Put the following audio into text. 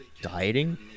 Dieting